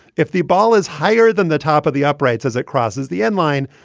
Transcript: if the ball is higher than the top of the uprights as it crosses the end line,